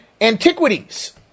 antiquities